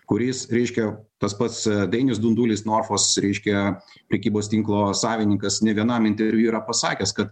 kuris reiškia tas pats dainius dundulis norfos reiškia prekybos tinklo savininkas ne vienam interviu yra pasakęs kad